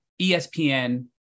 ESPN